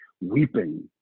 weeping